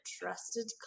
trusted